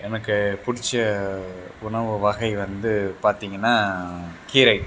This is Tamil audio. எனக்கு பிடிச்ச உணவு வகை வந்து பார்த்திங்கன்னா கீரை